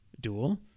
dual